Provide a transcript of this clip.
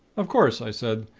of course i said,